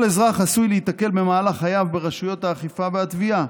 כל אזרח עשוי להיתקל במהלך חייו ברשויות האכיפה והתביעה,